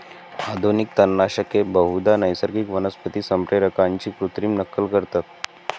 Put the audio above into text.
आधुनिक तणनाशके बहुधा नैसर्गिक वनस्पती संप्रेरकांची कृत्रिम नक्कल करतात